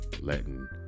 letting